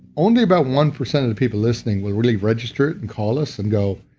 only about one percent of people listening will really register it and call us and go,